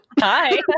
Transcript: Hi